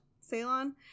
Ceylon